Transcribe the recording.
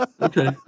okay